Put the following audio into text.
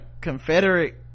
Confederate